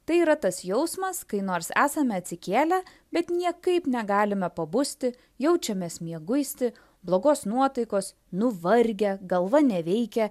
tai yra tas jausmas kai nors esame atsikėlę bet niekaip negalime pabusti jaučiamės mieguisti blogos nuotaikos nuvargę galva neveikia